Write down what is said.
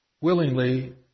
willingly